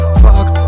fuck